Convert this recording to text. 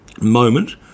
moment